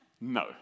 no